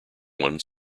one